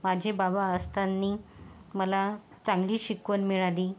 माझे बाबा असताना मला चांगली शिकवण मिळाली